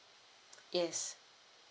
yes